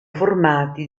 formati